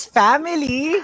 family